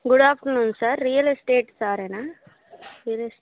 good afternoon sir real estate సారేనా real ఎ